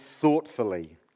thoughtfully